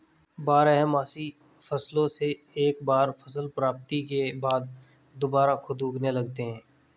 बारहमासी फसलों से एक बार फसल प्राप्ति के बाद दुबारा खुद उगने लगते हैं